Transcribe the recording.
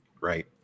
right